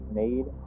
made